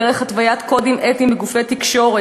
דרך התוויית קודים אתיים בגופי תקשורת,